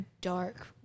dark